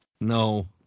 No